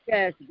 Yes